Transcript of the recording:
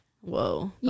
whoa